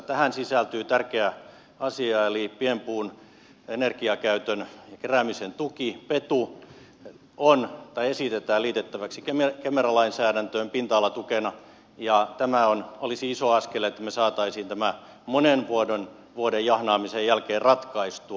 tähän sisältyy tärkeä asia eli pienpuun energiakäytön keräämisen tukea petua esitetään liitettäväksi kemera lainsäädäntöön pinta alatukena ja tämä olisi iso askel että me saisimme tämän monen vuoden jahnaamisen jälkeen ratkaistua